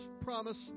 promise